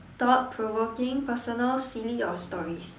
thought provoking personal silly or stories